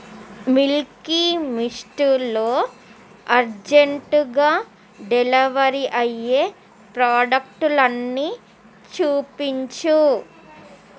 Milky మిస్టులో అర్జెంటుగా delivery అయ్యే ప్రాడక్టులన్నీ చూపించు